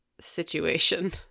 situation